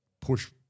push